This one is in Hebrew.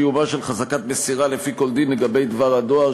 קיומה של חזקת מסירה לפי כל דין לגבי דבר הדואר,